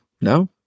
No